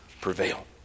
prevail